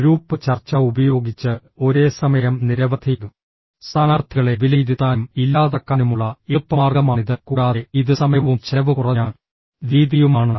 group ചർച്ച ഉപയോഗിച്ച് ഒരേസമയം നിരവധി സ്ഥാനാർത്ഥികളെ വിലയിരുത്താനും ഇല്ലാതാക്കാനുമുള്ള എളുപ്പമാർഗ്ഗമാണിത് കൂടാതെ ഇത് സമയവും ചെലവ് കുറഞ്ഞ രീതിയുമാണ്